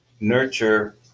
Nurture